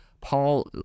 Paul